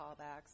callbacks